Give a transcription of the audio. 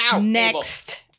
Next